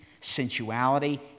sensuality